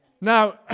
Now